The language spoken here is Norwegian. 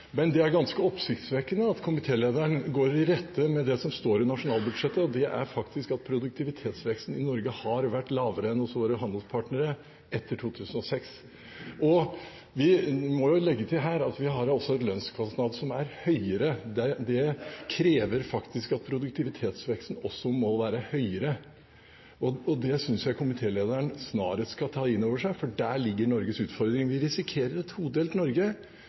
Men det er ganske oppsiktsvekkende at komitélederen går i rette med det som står i nasjonalbudsjettet, og det er faktisk at produktivitetsveksten i Norge har vært lavere enn hos våre handelspartnere etter 2006. Vi må legge til her at vi har en lønnskostnad som er høyere, og det krever faktisk at produktivitetsveksten også må være høyere. Det synes jeg komitélederen snarest skal ta inn over seg, for der ligger Norges utfordring. Vi risikerer et todelt Norge.